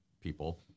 people